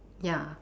ya